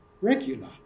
regular